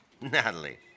Natalie